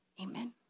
Amen